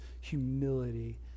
humility